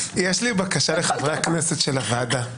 יש לי בקשה לחברי הכנסת של הוועדה.